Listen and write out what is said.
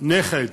נכד